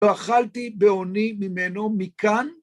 ‫"ואכלתי באוני ממנו", מכאן...